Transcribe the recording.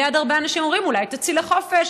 מייד הרבה אנשים אומרים: אולי תצאי לחופש,